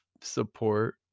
Support